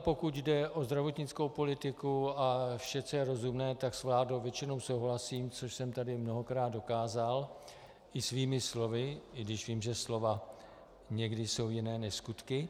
Pokud jde o zdravotnickou politiku a vše, co je rozumné, většinou s vládou souhlasím, což jsem tady mnohokrát dokázal i svými slovy, i když vím, že slova někdy jsou jiná než skutky.